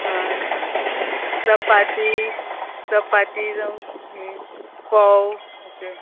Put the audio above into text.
आं चपाती चपाती जावं फोव अशें